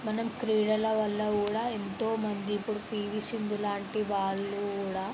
మనం క్రీడల వల్ల కూడా ఎంతోమంది ఇప్పుడు పీవీ సింధు లాంటివాళ్ళు కూడా